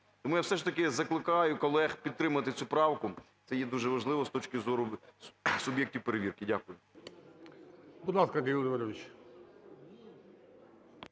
Тому я все ж таки закликаю колег підтримати цю правку, це є дуже важливо з точки зору суб'єктів перевірки. Дякую.